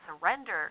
surrender